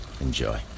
enjoy